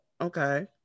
Okay